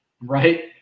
right